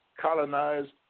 colonized